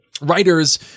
Writers